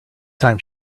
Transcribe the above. time